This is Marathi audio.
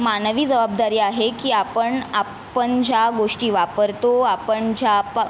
मानवी जबाबदारी आहे की आपण आपण ज्या गोष्टी वापरतो आपण ज्या पा